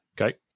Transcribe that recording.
Okay